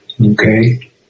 Okay